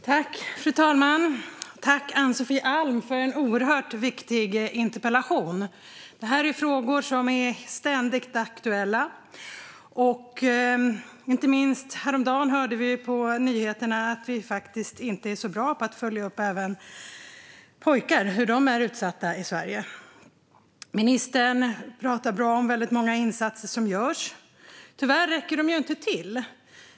Fru talman! Jag tackar Ann-Sofie Alm för en oerhört viktig interpellation. Det här är frågor som ständigt är aktuella. Häromdagen hörde vi på nyheterna att vi faktiskt inte heller är så bra på att följa upp hur pojkar är utsatta i Sverige. Ministern pratar bra om väldigt många insatser som görs. Tyvärr räcker de inte till.